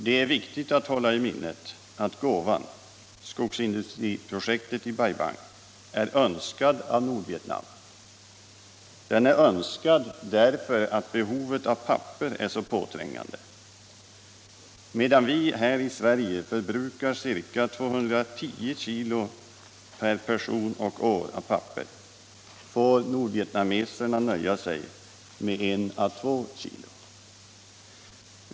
Det är viktigt att hålla i minnet att gåvan — skogsindustriprojektet i Bai Bang — är önskad av Nordvietnam. Den är önskad därför att behovet av papper är så påträngande. Medan vi här i Sverige förbrukar ca 210 kg papper per person och år får nordvietnameserna nöja sig med 1-2 kg.